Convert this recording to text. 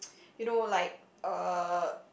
you know like uh